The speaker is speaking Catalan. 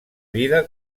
vida